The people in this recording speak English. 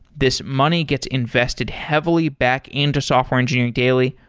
this money gets invested heavily back into software engineering daily.